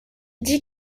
dit